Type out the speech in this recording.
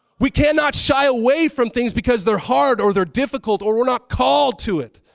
we cannot shy away from things because they're hard or they're difficult or we're not called to it.